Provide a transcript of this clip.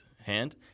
hand